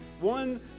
One